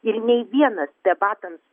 ir nei vienas debatams